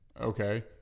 Okay